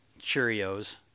cheerios